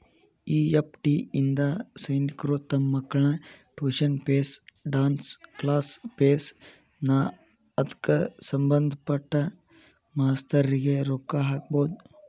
EFT ಇಂದಾ ಸೈನಿಕ್ರು ತಮ್ ಮಕ್ಳ tuition fees, dance class fees ನಾ ಅದ್ಕ ಸಭಂದ್ಪಟ್ಟ ಮಾಸ್ತರ್ರಿಗೆ ರೊಕ್ಕಾ ಹಾಕ್ಬೊದ್